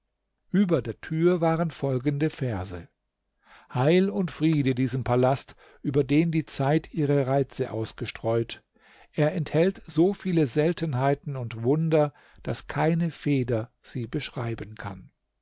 über der tür waren folgende verse heil und friede diesem palast über den die zeit ihre reize ausgestreut er enthält so viele seltenheiten und wunder daß keine feder sie beschreiben kann